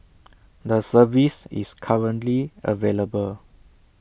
the service is currently available